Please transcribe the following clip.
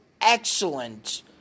excellent